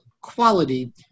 quality